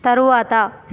తరువాత